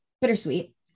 bittersweet